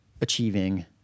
achieving